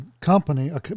company